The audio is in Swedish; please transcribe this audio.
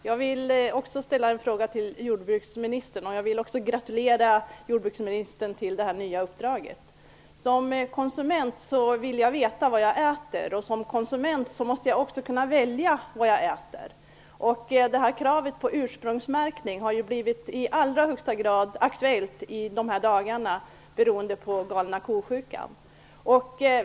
Fru talman! Jag vill ställa en fråga till jordbruksministern och gratulera henne till det nya uppdraget. Som konsument vill jag veta vad jag äter. Som konsument måste jag också kunna välja vad jag äter. Kravet på ursprungsmärkning har i allra högsta grad blivit aktuellt i dagarna beroende på "galna kosjukan".